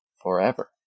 forever